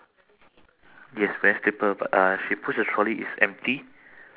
so after that on top on top of her would be a